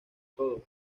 todo